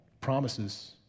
promises